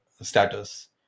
status